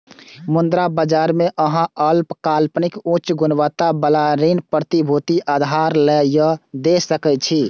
मुद्रा बाजार मे अहां अल्पकालिक, उच्च गुणवत्ता बला ऋण प्रतिभूति उधार लए या दै सकै छी